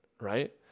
right